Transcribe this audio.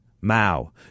Mao